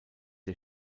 der